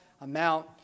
amount